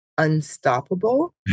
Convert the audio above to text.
unstoppable